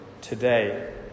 today